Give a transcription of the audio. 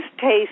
taste